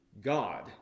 God